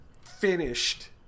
finished